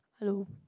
hello